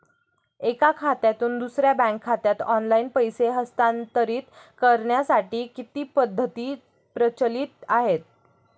एका खात्यातून दुसऱ्या बँक खात्यात ऑनलाइन पैसे हस्तांतरित करण्यासाठी किती पद्धती प्रचलित आहेत?